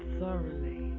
thoroughly